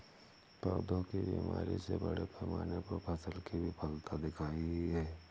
पौधों की बीमारी से बड़े पैमाने पर फसल की विफलता दिखती है